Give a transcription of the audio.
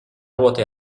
ruote